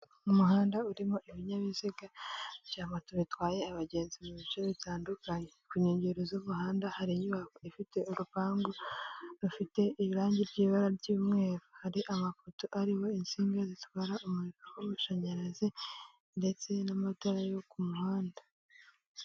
Umuhanda urimo ibinyabiziga bya moto bitwaye abagenzi mu bice bitandukanye ku nkengero z'umuhanda hari inyubako ifite urupangu rufite irangi by'ibara ry'umweru hari amafoto ariho insinga zitwara umuriro w'amashanyarazi ndetse n'amatara yo ku muhanda.